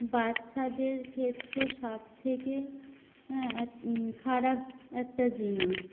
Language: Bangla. বাচ্চাদের ক্ষেত্রে সবথেকে খারাপ একটা জিনিস